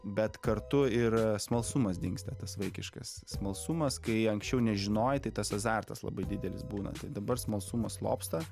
bet kartu ir smalsumas dingsta tas vaikiškas smalsumas kai anksčiau nežinojai tai tas azartas labai didelis būna tai dabar smalsumas slopsta